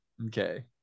okay